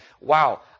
wow